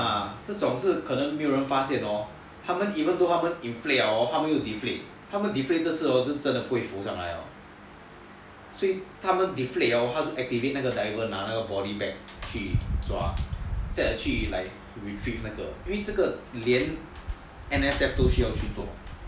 ah 这种是可能没有人发现的 hor even though 他们 inflate liao hor 他们又 deflate 他们 deflate 这次是真的不会浮上来了所以他们 deflate liao 他们就 activate 那个 diver 拿那个 body bag 去 retrieve 那个因为这个连 N_S_F 都需要去做